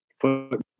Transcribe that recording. foot